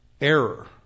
error